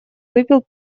выпил